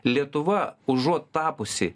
lietuva užuot tapusi